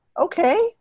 okay